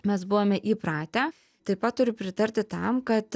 mes buvome įpratę taip pat turiu pritarti tam kad